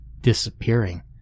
disappearing